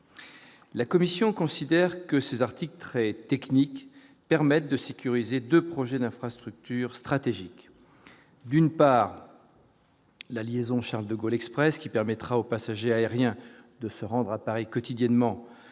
la Commission considère que ces articles très techniques permettent de sécuriser de projets d'infrastructures stratégiques d'une part. La liaison Charles-de-Gaulle Express qui permettra aux passagers aériens de se rendre à Paris quotidiennement